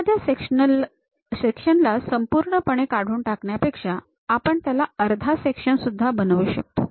एखाद्या सेक्शन ला संपूर्णपणे काढून टाकण्यापेक्षा आपण त्याला अर्धा सेक्शन सुद्धा बनवू शकतो